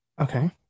Okay